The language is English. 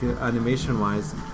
animation-wise